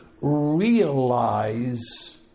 realize